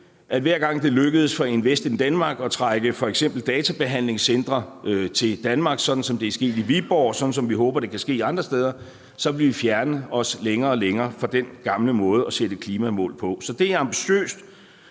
at hver gang det lykkedes for Invest in Denmark at trække f.eks. databehandlingscentre til Danmark, sådan som det er sket i Viborg, og sådan som vi håber det kan ske andre steder, så ville vi fjerne os længere og længere fra den gamle måde at sætte klimamål på. Så det er ambitiøst,